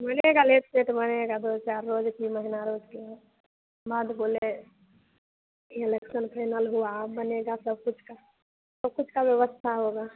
बनेगा लेट सेट बनेगा दो चार रोज इसी महीना रोज के है बाद बोले कि इलेक्सन फेनल हुआ अब बनेगा सब कुछ का सब कुछ का व्यवस्था होगा